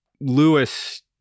Lewis